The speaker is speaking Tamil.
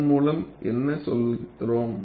இதன் மூலம் என்ன சொல்கிறோம்